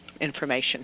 information